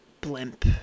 Blimp